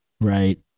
right